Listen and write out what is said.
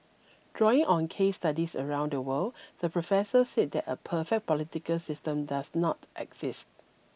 drawing on case studies around the world the professor said that a perfect political system does not exist